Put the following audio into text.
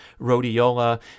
rhodiola